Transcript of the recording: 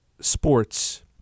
sports